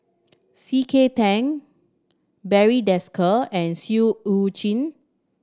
C K Tang Barry Desker and Seah Eu Chin